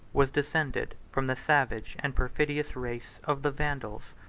was descended from the savage and perfidious race of the vandals.